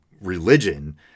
religion